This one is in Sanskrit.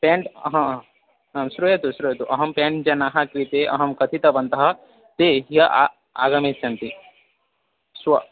पेय्ण्ट् आं श्रूयते श्रूयतु अहं पेय्ण्ट् जनाः कृते अहं कथितवन्तः ते आगमिष्यन्ति श्वः